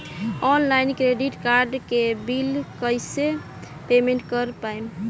Online credit card के bill कइसे payment कर पाएम?